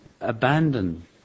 abandon